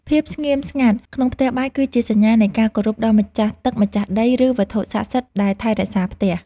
ភាពស្ងៀមស្ងាត់ក្នុងផ្ទះបាយគឺជាសញ្ញានៃការគោរពដល់ម្ចាស់ទឹកម្ចាស់ដីឬ វត្ថុស័ក្តិសិទ្ធិដែលថែរក្សាផ្ទះ។